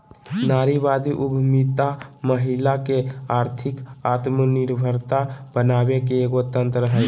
नारीवादी उद्यमितामहिला के आर्थिक आत्मनिर्भरता बनाबे के एगो तंत्र हइ